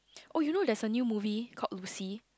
oh you know there's a new movie called Lucy